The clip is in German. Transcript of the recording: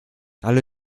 alle